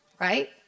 right